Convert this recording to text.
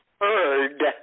heard